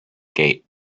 gate